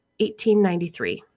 1893